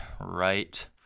Right